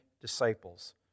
disciples